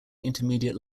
intermediate